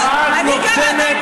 ואת נותנת,